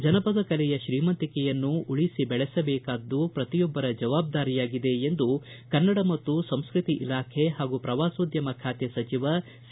ಜನಪದ ಕಲೆಯ ಶ್ರೀಮಂತಿಕೆಯನ್ನು ಉಳಿಸಿ ಬೆಳೆಸಬೇಕಾದ್ದು ಪ್ರತಿಯೊಬ್ಬರ ಜವಾಬ್ದಾರಿಯಾಗಿದೆ ಎಂದು ಕನ್ನಡ ಮತ್ತು ಸಂಸ್ಕೃತಿ ಇಲಾಖೆ ಹಾಗೂ ಪ್ರವಾಸೋದ್ಯಮ ಖಾತೆ ಸಚಿವ ಸಿ